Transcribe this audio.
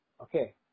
Okay